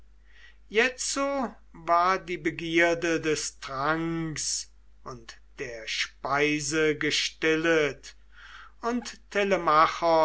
jetzo war die begierde des tranks und der speise gestillet und